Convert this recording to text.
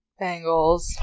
Bengals